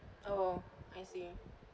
oh I see